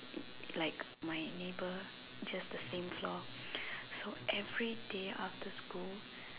like my neighbour just the same floor so every day after school